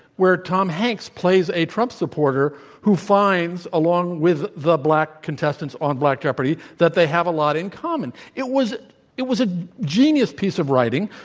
where tom hanks plays a trump supporter who finds, along with the black contestants on black jeopardy, that they have a lot in common. it was it was a genius piece of writing.